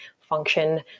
function